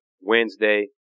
Wednesday